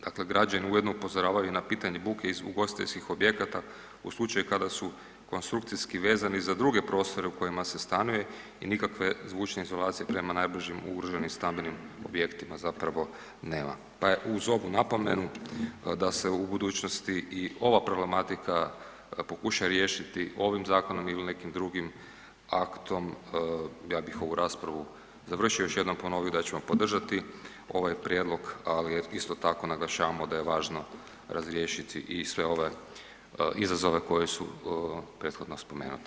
Dakle, građani ujedno upozoravaju i na pitanje buke iz ugostiteljskih objekata u slučaju kada su konstrukciji vezani za druge prostore u kojima se stanuje i nikakve zvučne izolacije prema najbližim ugroženim stambenim objektima zapravo nema pa je uz ovu napomenu da se u budućnosti i ova problematika pokuša riješiti ovim zakonom ili nekim drugim aktom, ja bih ovu raspravu završio, još jednom ponovio da ćemo podržati ovaj prijedlog, ali isto tako naglašavamo da je važno razriješiti i sve ove izazove koji su prethodno spomenuti.